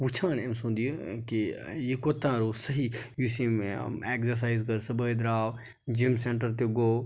وٕچھان أمۍ سُنٛد یہِ کہِ یہِ کوتاہ رود صحیح یُس أمۍ ایٚگزَرسایِز کٔر صُبحٲے درٛاو جِم سینٹَر تہِ گوٚو